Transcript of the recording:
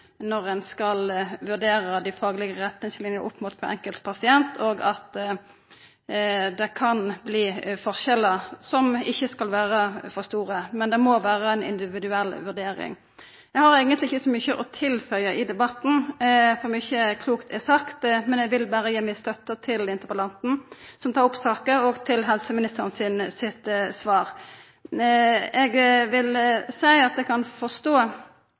kan bli forskjellar som ikkje skal vera for store. Men det må vera ei individuell vurdering. Eg har eigentleg ikkje så mykje å tilføya i debatten, for mykje klokt er sagt, men eg vil berre gi mi støtte til interpellanten, som tar opp saka, og til helseministeren sitt svar. Eg kan forstå at